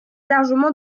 largement